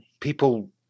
people